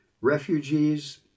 refugees